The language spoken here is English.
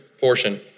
portion